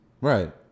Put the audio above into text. Right